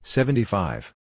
Seventy-five